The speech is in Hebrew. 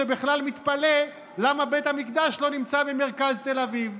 שבכלל מתפלא למה בית המקדש לא נמצא במרכז תל אביב.